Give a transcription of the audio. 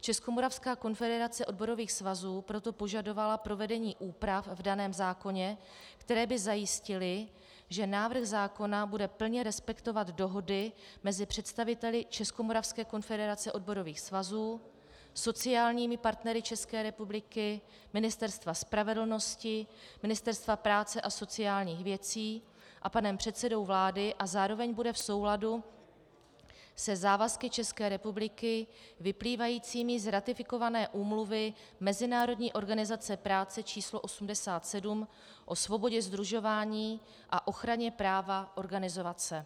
Českomoravská konfederace odborových svazů proto požadovala provedení úprav v daném zákoně, které by zajistily, že návrh zákona bude plně respektovat dohody mezi představiteli Českomoravské konfederace odborových svazů, sociálními partnery České republiky, Ministerstva spravedlnosti, Ministerstva práce a sociálních věcí a panem předsedou vlády a zároveň bude v souladu se závazky České republiky vyplývajícími z ratifikované Úmluvy Mezinárodní organizace práce číslo 87, o svobodě sdružování a ochraně práva organizovat se.